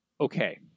Okay